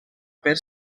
per